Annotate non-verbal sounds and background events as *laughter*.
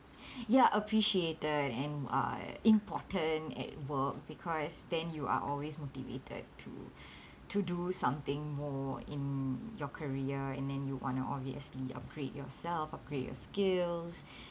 *breath* ya appreciated and uh important at work because then you are always motivated to *breath* to do something more in your career and then you want to obviously upgrade yourself upgrade your skills *breath*